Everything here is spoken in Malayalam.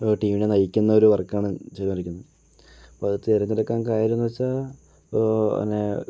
ടീമിനെ നയിക്കുന്നൊരു വർക്കാണ് ചെയ്തോണ്ടിരിയ്ക്കുന്നത് അപ്പോൾ അത് തിരഞ്ഞെടുക്കാൻ കാര്യമെന്ന് വെച്ചാൽ ഇപ്പോൾ അനേ